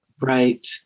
Right